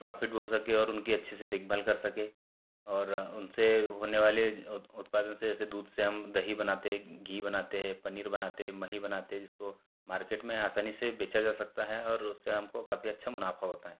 profit भी हो सके और उनकी अच्छे से देखभाल कर सकें और उनसे होनेवाले उत उत्पादन से जैसे दूध से हम दहीं बनाते घी बनाते हैं पनीर बनाते मही बनाते जिसको मार्केट में आसानी से बेचा जा सकता है और उससे हमको काफ़ी अच्छा मुनाफ़ा होता है